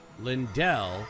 Lindell